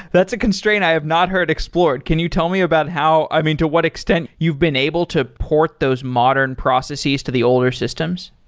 that's a constraint i have not heard explored. can you tell me about how i mean, to what extent you've been able to port those modern processes to the older systems?